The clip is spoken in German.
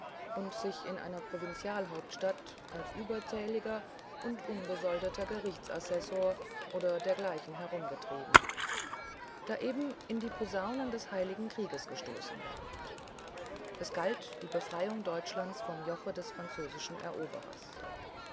und sich in einer provinzialhauptstadt als überzähliger und unbesoldeter gerichtsassessor oder dergleichen herumgetrieben da eben in die posaune des heiligen krieges gestoßen ward es galt die befreiung deutschlands vom joche des französischen eroberers